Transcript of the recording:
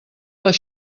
les